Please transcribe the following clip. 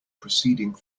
preceding